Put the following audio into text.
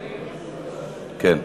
כן.